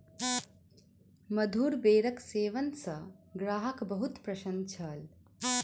मधुर बेरक सेवन सॅ ग्राहक बहुत प्रसन्न छल